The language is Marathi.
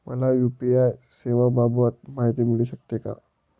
मला यू.पी.आय सेवांबाबत माहिती मिळू शकते का?